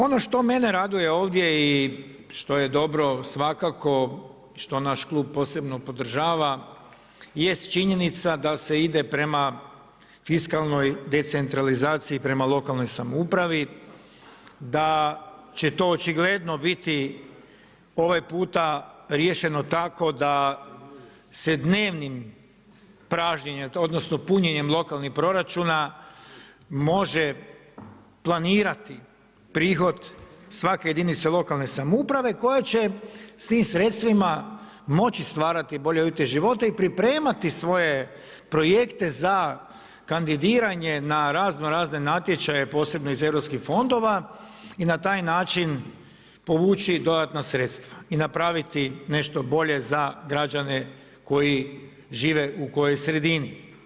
Ono što mene raduje ovdje i što je dobro svakako, što naš klub posebno podržava jest činjenica da se ide prema fiskalnoj decentralizaciji, prema lokalnoj samoupravi, da će to očigledno biti ovaj puta riješeno tako da se dnevnim pražnjenjem, odnosno punjenjem lokalnih proračuna može planirati prihod svake jedinice lokalne samouprave koja će s tim sredstvima moći stvarati bolje uvjete života i pripremati svoje projekte za kandidiranje na razno razne natječaje posebno iz europskih fondova i na taj način povući dodatna sredstva i napraviti nešto bolje za građane koji žive u kojoj sredini.